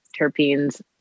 terpenes